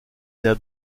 n’a